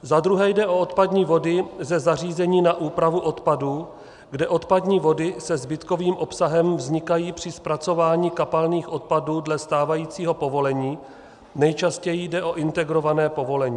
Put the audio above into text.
Za druhé jde o odpadní vody ze zařízení na úpravu odpadů, kde odpadní vody se zbytkovým obsahem vznikají při zpracování kapalných odpadů dle stávajícího povolení, nejčastěji jde o integrované povolení.